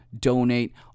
donate